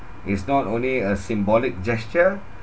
it's not only a symbolic gesture